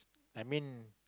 I mean